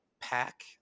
pack